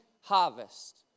harvest